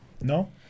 no